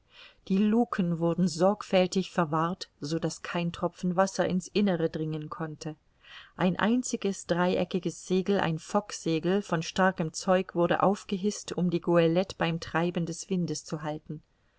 die lucken wurden sorgfältig verwahrt so daß kein tropfen wasser in's innere dringen konnte ein einziges dreieckiges segel ein focksegel von starkem zeug wurde aufgehißt um die goelette beim treiben des windes zu halten